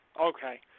Okay